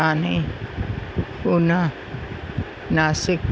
Thane Poona Nashik